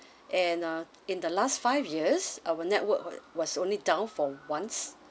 and uh in the last five years our network what was only down for once